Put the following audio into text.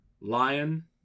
Lion